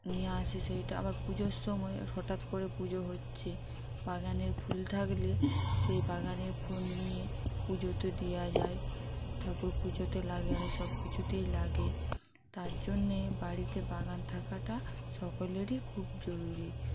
নিয়ে আসে সেইটা আবার পুজোর সময় হঠাৎ করে পুজো হচ্ছে বাগানের ফুল থাকলে সেই বাগানের ফুল নিয়ে পুজোতে দেওয়া যায় ঠাকুর পুজোতে লাগে আরে সব কিছুতেই লাগে তার জন্যে বাড়িতে বাগান থাকাটা সকলেরই খুব জরুরি